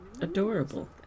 Adorable